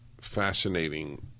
fascinating